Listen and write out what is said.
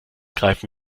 greifen